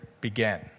began